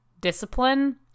discipline